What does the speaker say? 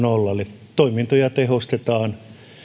olla eli toimintoja tehostetaan